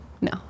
No